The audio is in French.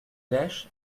lèches